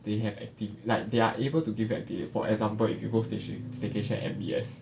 they have active like they are able to give to give active for example if you go fishing staycation M_B_S